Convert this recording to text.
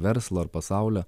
verslo ar pasaulio